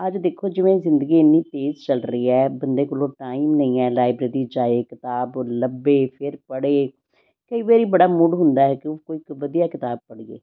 ਅੱਜ ਦੇਖੋ ਜਿਵੇਂ ਜ਼ਿੰਦਗੀ ਇੰਨੀ ਤੇਜ਼ ਚੱਲ ਰਹੀ ਹੈ ਬੰਦੇ ਕੋਲ ਟਾਈਮ ਨਹੀਂ ਹੈ ਲਾਈਬ੍ਰੇਰੀ ਜਾਏ ਕਿਤਾਬ ਉਹ ਲੱਭੇ ਫਿਰ ਪੜ੍ਹੇ ਕਈ ਵਾਰੀ ਬੜਾ ਮੂਡ ਹੁੰਦਾ ਕਿਉਂ ਇੱਕ ਵਧੀਆ ਕਿਤਾਬ ਪੜ੍ਹੀਏ